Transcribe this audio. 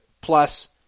plus